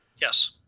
Yes